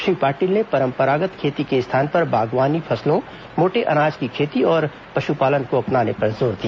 श्री पाटिल ने परंपरागत् खेती के स्थान पर बागवानी फसलों मोटे अनाज की खेती और पशुपालन को अपनाने पर जोर दिया